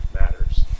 matters